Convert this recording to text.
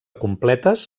completes